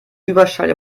überschall